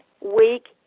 weak